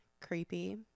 creepy